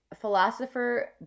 philosopher